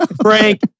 Frank